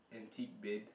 antique bed